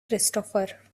christopher